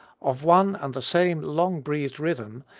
of one and the same long-breathed rhythm,